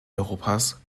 europas